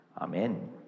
Amen